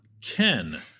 Ken